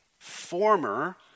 Former